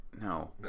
No